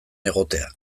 egotea